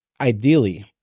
ideally